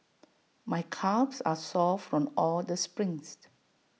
my calves are sore from all the sprints